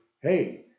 hey